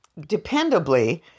dependably